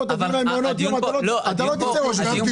את הדיון על מעונות יום אתה לא תצא ראש איתי.